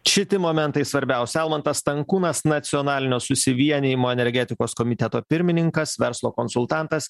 šiti momentai svarbiausia almantas stankūnas nacionalinio susivienijimo energetikos komiteto pirmininkas verslo konsultantas